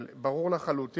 אבל ברור לחלוטין